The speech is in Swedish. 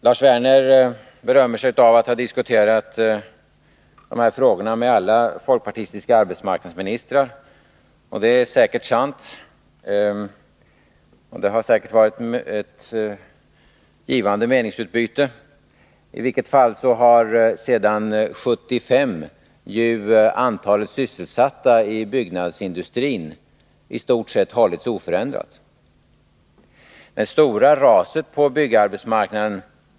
Lars Werner berömmer sig av att ha diskuterat dessa frågor med alla folkpartistiska arbetsmarknadsministrar, och det är antagligen sant. Det har säkerligen varit ett givande meningsutbyte. Sedan 1975 har dock antalet sysselsatta i byggnadsindustrin hållits i stort sett oförändrat.